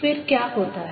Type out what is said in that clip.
फिर क्या होता है